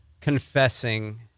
confessing